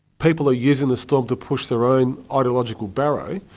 people are using the storm to push their own ideological barrow,